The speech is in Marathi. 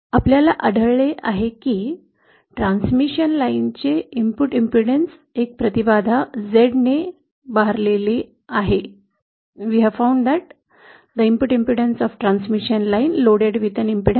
आपल्याला आढळले आहे की ट्रान्समिशन लाइनचे इनपुट इंपेडन्स एक प्रतिबाधा Z ने भरलेले आहे